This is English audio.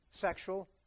sexual